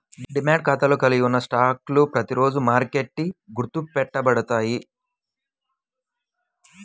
demat ఖాతాలో కలిగి ఉన్న స్టాక్లు ప్రతిరోజూ మార్కెట్కి గుర్తు పెట్టబడతాయి